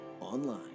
online